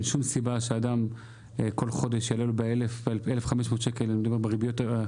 אין שום סיבה שאדם ישלם 1,500 שקל יותר,